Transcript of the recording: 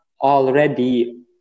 already